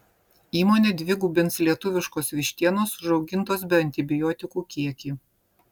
įmonė dvigubins lietuviškos vištienos užaugintos be antibiotikų kiekį